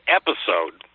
episode